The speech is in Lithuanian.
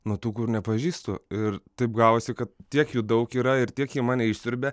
nuo tų kur nepažįstu ir taip gavosi kad tiek jų daug yra ir tiek jie mane išsiurbia